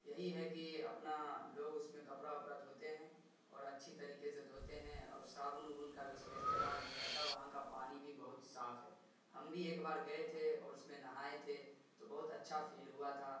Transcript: یہی ہے کہ اپنا لوگ اس میں کپڑا اپڑا دھوتے ہیں اور اچھی طریقے سے دھوتے اور صابن وابن کا بھی اس میں استعمال نہیں ہوتا وہاں کا پانی بھی بہت صاف ہے ہم بھی ایک بار گئے تھے اور اس میں نہائے تھے تو بہت اچھا فیل ہوا تھا